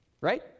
right